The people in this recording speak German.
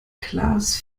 klaas